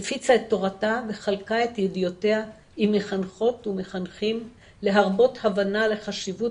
הפיצה את תורתה וחלקה את ידיעותיה עם מחנכות ומחנכים להרבות הבנה לחשיבות